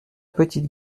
petite